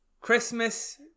Christmas